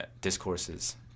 discourses